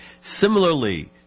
Similarly